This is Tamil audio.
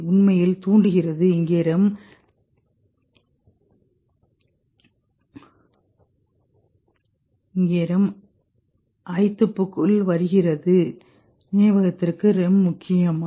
உண்மையில் தூண்டுகிறது இங்கே REM ஐத்துப்புக்குள் வருகிறது நினைவகத்திற்கு REM முக்கியமா